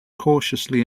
cautiously